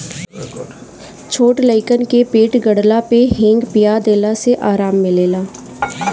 छोट लइकन के पेट गड़ला पे हिंग पिया देला से आराम मिलेला